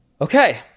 Okay